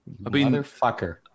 Motherfucker